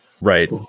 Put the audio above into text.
Right